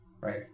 Right